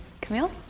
Camille